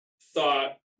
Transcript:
thought